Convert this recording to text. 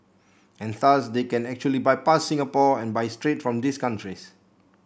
and thus they can actually bypass Singapore and buy straight from these countries